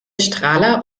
strahler